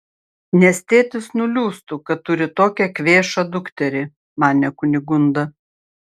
nes tėtis nuliūstų kad turi tokią kvėšą dukterį manė kunigunda